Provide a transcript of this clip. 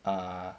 ah